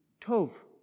tov